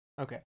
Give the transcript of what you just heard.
Okay